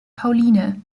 pauline